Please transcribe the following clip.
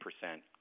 percent